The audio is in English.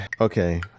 okay